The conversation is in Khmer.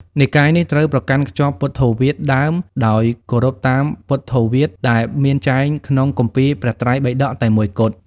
និកាយនេះត្រូវប្រកាន់ខ្ជាប់ពុទ្ធោវាទដើម ដោយគោរពតាម ពុទ្ធោវាទ ដែលមានចែងក្នុង គម្ពីរព្រះត្រៃបិដក តែមួយគត់។